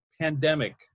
Pandemic